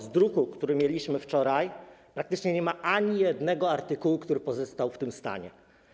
Z druku, który mieliśmy wczoraj, praktycznie nie ma ani jednego artykułu, który pozostał w tym stanie.